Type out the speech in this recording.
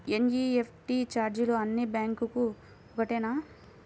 NEFT ఛార్జీలు అన్నీ బ్యాంక్లకూ ఒకటేనా?